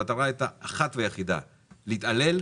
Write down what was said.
המטרה הייתה אחת ויחידה להתעלל.